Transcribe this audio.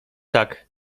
tak